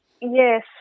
Yes